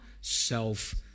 Self